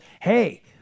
hey